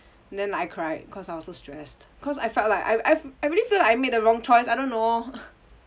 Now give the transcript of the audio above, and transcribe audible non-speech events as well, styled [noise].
then I cried cause I was so stressed cause I felt like I I've I really feel like I made the wrong choice I don't know [laughs]